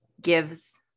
gives